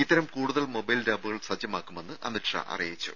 ഇത്തരം കൂടുതൽ മൊബൈൽ ലാബുകൾ സജ്ജമാക്കുമെന്ന് അമിത്ഷാ അറിയിച്ചു